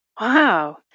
Wow